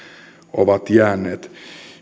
ovat jääneet